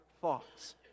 thoughts